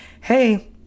hey